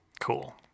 Cool